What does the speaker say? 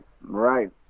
right